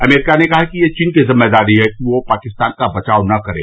अमरीका ने कहा है कि यह चीन की जिम्मेदारी है कि वह पाकिस्तान का बचाव नहीं करे